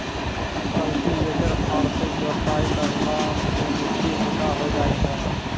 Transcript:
cultivator फार सँ जोताई करला सें मिट्टी हल्का होय जाय छै